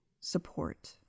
support